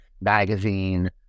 magazine